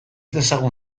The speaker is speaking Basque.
dezagun